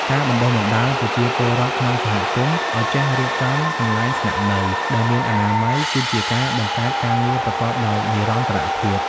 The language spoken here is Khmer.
ការបណ្តុះបណ្តាលប្រជាពលរដ្ឋក្នុងសហគមន៍ឱ្យចេះរៀបចំកន្លែងស្នាក់នៅ ដែលមានអនាម័យ គឺជាការបង្កើតការងារប្រកបដោយនិរន្តរភាព។